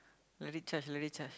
let it charge let it charge